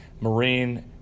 marine